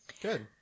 Good